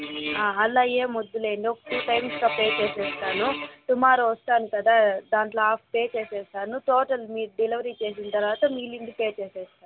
అలా ఏమి వద్దులేండి ఒక టూ టైమ్స్లో పే సేస్తాను టుమారో వస్తాను కదా దాంట్లో హాఫ్ పే చేసేస్తాను టోటల్ మీరు డెలివరీ చేసిన తరువాత మిగిలింది పే చేసేస్తాను